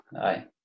Aye